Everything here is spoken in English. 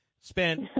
spent